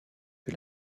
que